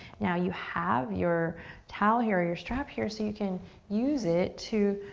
now you have your towel here or your strap here so you can use it to